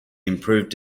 improved